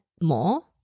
more